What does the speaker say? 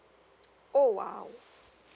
oh !wow!